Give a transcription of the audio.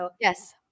Yes